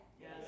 Yes